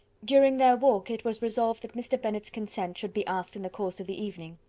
during their walk, it was resolved that mr. bennet's consent should be asked in the course of the evening.